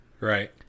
Right